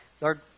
Lord